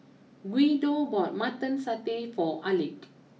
Guido bought Mutton Satay for Alek